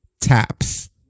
taps